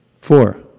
Four